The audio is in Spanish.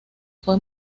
fue